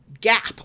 gap